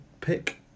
pick